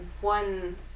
one